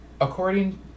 According